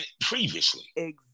previously